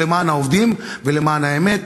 דמם של העובדים האלה,